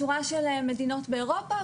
שורה של מדינות באירופה,